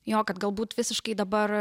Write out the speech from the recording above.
jo kad galbūt visiškai dabar